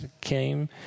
came